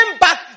back